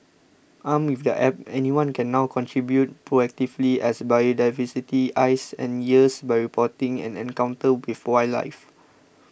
armed with the App anyone can now contribute proactively as biodiversity's eyes and ears by reporting an encounter with wildlife